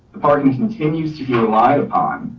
the parking continues to be relied upon,